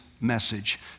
message